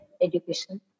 Education